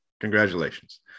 congratulations